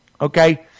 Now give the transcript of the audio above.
Okay